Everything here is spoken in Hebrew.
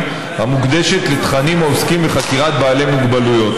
המוקדשת לתכנים העוסקים בחקירת בעלי מוגבלויות.